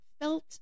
felt